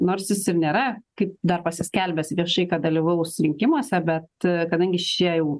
nors jis ir nėra kaip dar pasiskelbęs viešai kad dalyvaus rinkimuose bet kadangi čia jau